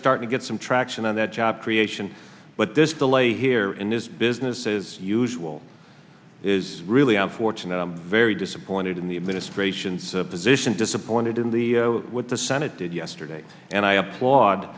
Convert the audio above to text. starting to get some traction on that job creation but this delay here in this business is usual is really unfortunate i'm very disappointed in the administration's position disappointed in the what the senate did yesterday and i applaud